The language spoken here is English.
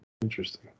Interesting